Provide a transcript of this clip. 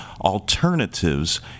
alternatives